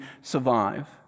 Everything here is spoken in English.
survive